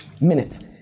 minutes